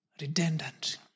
redundant